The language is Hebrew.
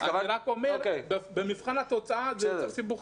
אני רק אומר שבמבחן התוצאה זה יוצר סיבוכים.